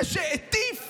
זה שהטיף